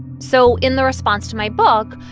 so in the response to my book,